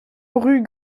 rue